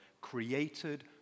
created